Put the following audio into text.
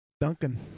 Duncan